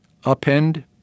upend